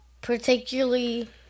particularly